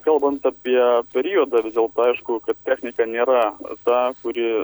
kalbant apie periodą vis dėlto aišku kad technika nėra ta kuri